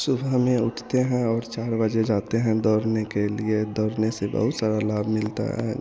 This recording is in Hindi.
सुबह में उठते हैं और चार बजे जाते हैं दौड़ने के लिए दौड़ने से बहुत सारा लाभ मिलता है